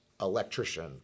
electrician